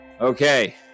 Okay